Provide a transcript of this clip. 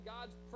God's